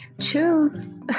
choose